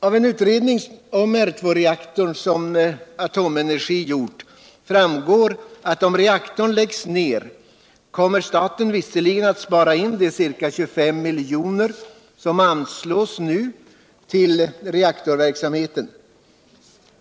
Aven utredning om R2-reaktorn som AB Atomenergi gjort framgår att om reuktorn läggs ner kommer staten visserligen att spara in de ca 25 miljoner som nu anslås ull reaktorverksamheten.